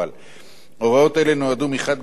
הוראות אלה נועדו מחד גיסא לכך